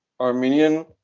Armenian